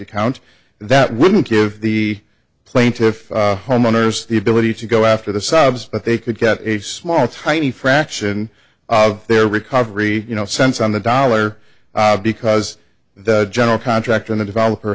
account that wouldn't give the plaintiff homeowners the ability to go after the subs but they could get a small tiny fraction of their recovery you know cents on the dollar because the general contractor the developer